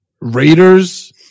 Raiders